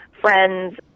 friends